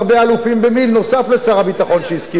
נוסף על שר הביטחון שהסכים אתי,